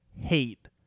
hate